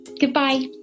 Goodbye